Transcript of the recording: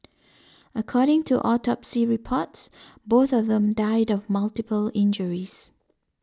according to autopsy reports both of them died of multiple injuries